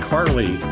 Harley